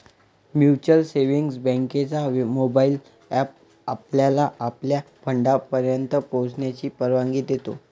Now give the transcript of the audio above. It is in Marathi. म्युच्युअल सेव्हिंग्ज बँकेचा मोबाइल एप आपल्याला आपल्या फंडापर्यंत पोहोचण्याची परवानगी देतो